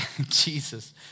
Jesus